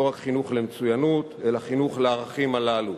לא רק חינוך למצוינות, אלא חינוך לערכים הללו